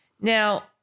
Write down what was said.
Now